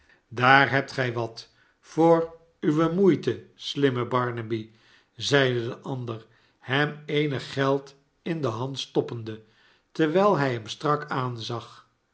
daar hebt gij wat voor uwe moeite shmme barnaby zeide de ander hem eenig geld in de hand stoppende terwijl hij hem strak aanzag